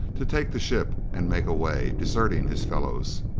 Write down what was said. to take the ship and make away, deserting his fellows.